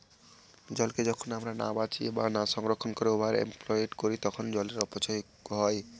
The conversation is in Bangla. জলকে যখন আমরা না বাঁচিয়ে বা না সংরক্ষণ করে ওভার এক্সপ্লইট করি তখন জলের অপচয় হয়